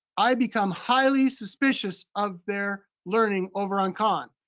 i become highly suspicious of their learning over on khan.